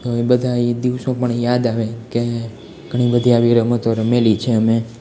તો હવે બધા ઈ દિવસો પણ યાદ આવે કે ઘણી બધી આવી રમતો રમેલી છે અમે